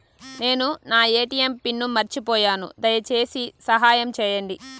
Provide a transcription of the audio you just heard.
నేను నా ATM pin మర్చిపోయాను, దయచేసి సహాయం చేయండి